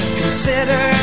consider